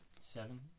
Seven